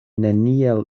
neniel